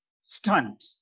stunt